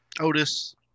Otis